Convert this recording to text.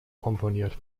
komponiert